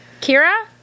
Kira